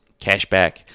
cashback